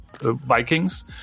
Vikings